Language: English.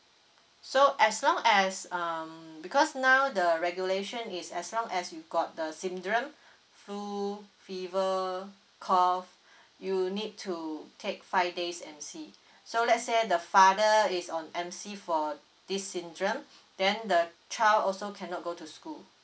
so as long as um because now the regulation is as long as you got the syndrome cold fever cough you need to take five days M C so let's say the father is on M C for this syndrome then the child also cannot go to school